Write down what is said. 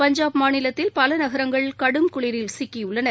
பஞ்சாப் மாநிலத்தில் பல நகரங்கள் கடும் குளிரில் சிக்கியுள்ளன